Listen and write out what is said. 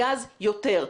הגז יותר.